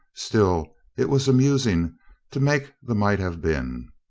still, it was amusing to make the might have been.